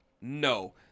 No